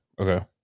okay